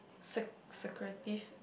sec~ secretive